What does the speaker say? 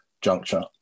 juncture